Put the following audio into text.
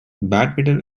badminton